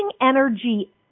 energy